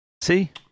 See